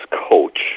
coach